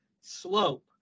slope